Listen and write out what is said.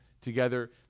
together